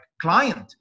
client